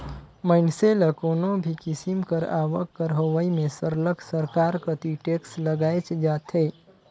मइनसे ल कोनो भी किसिम कर आवक कर होवई में सरलग सरकार कती टेक्स लगाएच जाथे